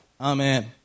Amen